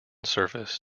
surface